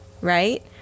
right